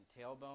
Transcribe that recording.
tailbone